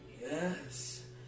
yes